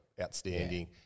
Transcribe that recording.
outstanding